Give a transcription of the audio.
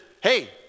hey